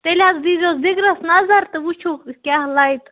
تیٚلہِ حظ دیٖزیوس دِگرَس نَظر تہٕ وٕچھِو کیٛاہ لَیہِ تہٕ